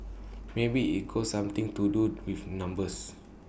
maybe it's go something to do with numbers